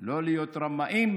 לא להיות רמאים